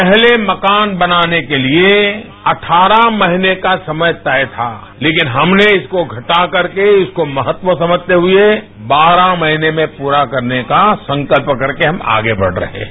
पहले मकान बनाने के लिए अठारह महीने का समय तय था लेकिन हमने इसको घटाकर के इसको महत्व समझते हुए बारह महीने में पूरा करने का संकल्प करके हम आगे बढ़ रहे हैं